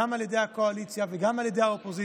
גם על ידי הקואליציה וגם על ידי האופוזיציה,